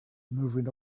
moving